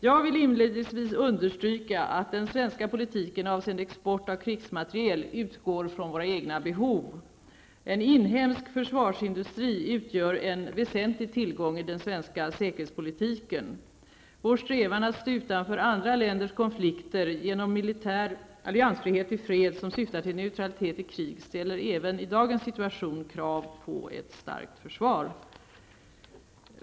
Jag vill inledningsvis understryka att den svenska politiken avseende export av krigsmateriel utgår från våra egna behov. En inhemsk försvarsindustri utgör en väsentlig tillgång i den svenska säkerhetspolitiken. Vår strävan att stå utanför andra länders konflikter genom militär alliansfrihet i fred, som syftar till neutralitet i krig, ställer även i dagens situation krav på ett starkt försvar.